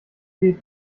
geht